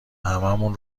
هممون